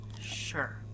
Sure